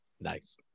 Nice